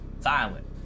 violent